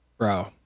bro